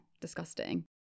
disgusting